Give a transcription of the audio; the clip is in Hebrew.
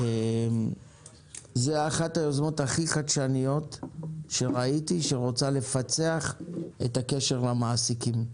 זו אחת היוזמות הכי חדשניות שראיתי שרוצה לפצח את הקשר למעסיקים.